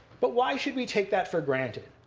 but why should we take that for granted?